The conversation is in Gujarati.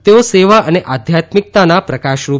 તેઓ સેવા અને આધ્યાત્મિકતાના પ્રકાશરૂપ હતા